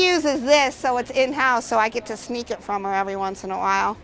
uses this so it's in house so i get to sneak it from every once in a while